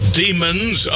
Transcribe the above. demons